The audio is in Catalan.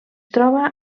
troba